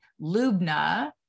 Lubna